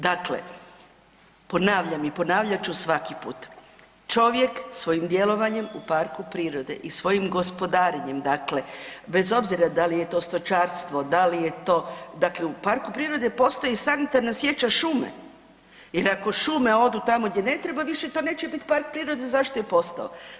Dakle, ponavljam i ponavljat ću svaki put, čovjek svojim djelovanjem u parku prirode i svojim gospodarenjem dakle bez obzira da li je to stočarstvo, da li je to dakle u parku prirode postoji sanitarna sječa šume, jer ako šume odu tamo gdje ne treba više to neće biti park prirode zašto je postao.